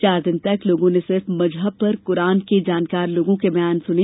चार दिन तक लोगों ने सिर्फ मजहब पर कुरआन के जानकार लोगों के बयान सुने